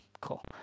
cool